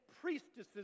priestesses